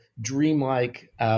dreamlike